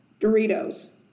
Doritos